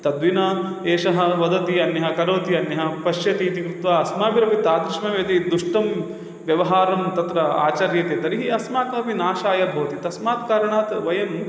तद्विना एषः वदति अन्यः करोति अन्यः पश्यति इति कृत्वा अस्माभिरपि तादृशमेव यदि दुष्टं व्यवहारं तत्र आचर्यते तर्हि अस्माकमपि नाशाय भवति तस्मात् कारणात् वयम्